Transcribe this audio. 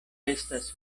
estas